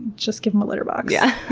just give them a litter box. yeah